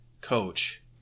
coach